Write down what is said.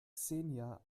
xenia